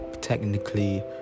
technically